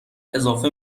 اضافه